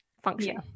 function